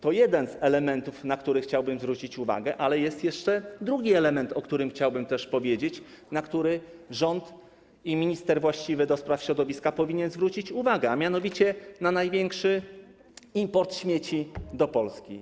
To jeden z elementów, na które chciałbym zwrócić uwagę, ale jest jeszcze drugi element, o których chciałbym też powiedzieć, na który rząd i minister właściwy ds. środowiska powinni zwrócić uwagę, a mianowicie największy import śmieci do Polski.